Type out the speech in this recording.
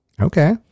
Okay